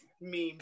memes